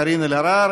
קארין אלהרר,